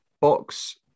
box